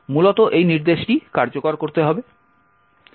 মূলত এই নির্দেশটি কার্যকর করতে হবে